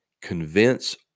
convince